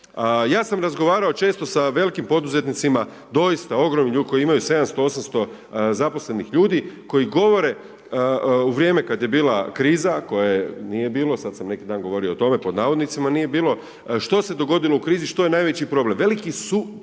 Ja sam razgovarao često sa velikim poduzetnicima, doista ogromnim, koji imaju 700-800 zaposlenih ljudi, koji govore u vrijeme kad je bila kriza koje nije bilo, sad sam neki dan govorio o tome, pod navodnicima nije bilo, što se dogodilo u krizi, što je najveći problem. Veliki su većim